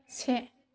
से